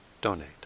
donate